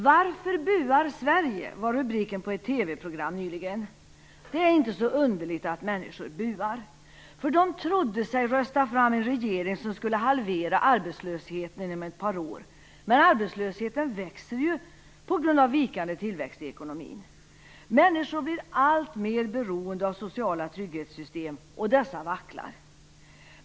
Varför buar Sverige? Det var rubriken på ett TV program nyligen. Det är inte så underligt att människor buar. De trodde sig rösta fram en regering som skulle halvera arbetslösheten inom ett par år, men arbetslösheten växer på grund av vikande tillväxt i ekonomin. Människor blir allt mer beroende av de sociala trygghetssystemen, och dessa vacklar.